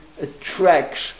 attracts